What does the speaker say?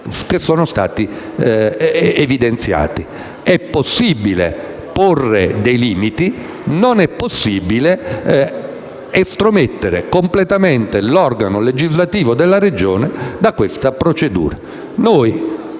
È possibile porre limiti; non è possibile estromettere completamente l'organo legislativo della Regione da questa procedura.